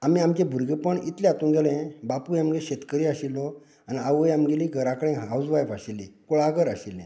आमी आमचे भुरगेंपण इतलें हितूंत गेलें बापूय आमगेलो शेतकरी आशिल्लो आनी आवय आमगेली घरां कडेन हाऊज व्हाइफ आशिल्ली कुळागर आशिल्लें